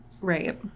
right